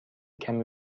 کمی